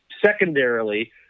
secondarily